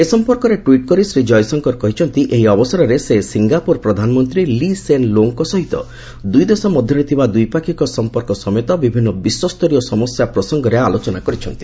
ଏ ସଂପର୍କରେ ଟ୍ୱିଟ୍ କରି ଶ୍ରୀ ଜୟଶଙ୍କର କହିଛନ୍ତି ଏହି ଅବସରରେ ସେ ସିଙ୍ଗାପୁର ପ୍ରଧାନମନ୍ତ୍ରୀ ଲି ସେନ୍ ଲୋଙ୍ଗ୍ଙ୍କ ସହିତ ଦୁଇଦେଶ ମଧ୍ୟରେ ଥିବା ଦ୍ୱିପାକ୍ଷିକ ସଂପର୍କ ସମେତ ବିଭିନ୍ନ ବିଶ୍ୱସ୍ତରୀୟ ସମସ୍ୟା ପ୍ରସଙ୍ଗରେ ଆଲୋଚନା କରିଛନ୍ତି